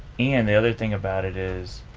and the other thing about it is